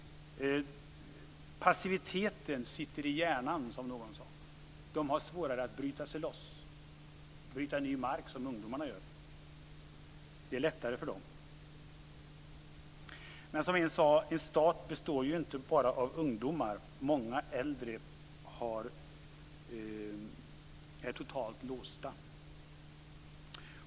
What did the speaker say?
Passiviteten sitter i hjärnan, som någon sade. De har svårare att bryta sig loss och bryta ny mark som ungdomarna gör. Det är lättare för dem. En sade att en stat inte bara består av ungdomar. Många äldre är totalt låsta.